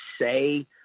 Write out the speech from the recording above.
say